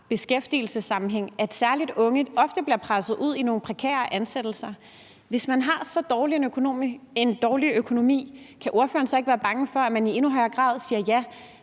beskæftigelsessammenhæng vi ved jo om nogen, at særlig unge ofte bliver presset ud i nogle prekære ansættelser. Hvis man har så dårlig en økonomi, kan ordføreren så ikke være bange for, at man i endnu højere grad siger ja